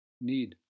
need